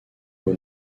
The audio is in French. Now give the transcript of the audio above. aux